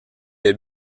est